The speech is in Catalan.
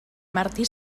martí